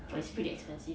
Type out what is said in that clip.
but it's pretty expensive